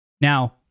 now